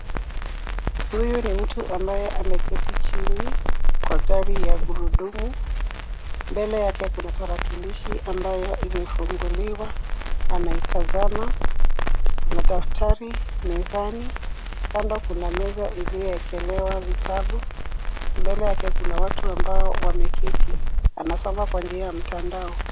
Huyu ni mtu ambaye ameketi chini kwa gari ya gurudumu. Mbele yake kuna tarakilishi ambayo imefunguliwa, anaitazama. Kuna daftari mezani. Kando kuna meza iliyoekelewa vitabu. Mbele yake kuna watu ambao wameketi, wanasoma kwa njia ya mtandao.